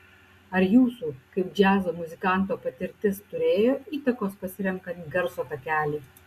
ar jūsų kaip džiazo muzikanto patirtis turėjo įtakos pasirenkant garso takelį